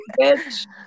bitch